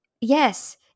yes